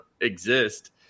exist